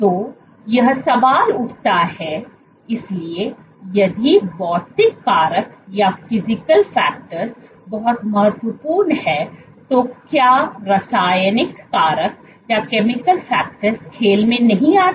तो यह सवाल उठाता है इसलिए यदि भौतिक कारक बहुत महत्वपूर्ण है तो क्या रासायनिक कारक खेल में नहीं आते